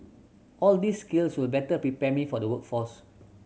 all these skills will better prepare me for the workforce